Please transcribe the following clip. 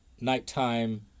nighttime